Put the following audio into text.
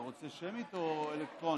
אתה רוצה שמית או אלקטרונית?